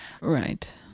right